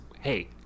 hey